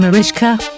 Mariska